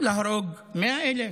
להרוג 100,000,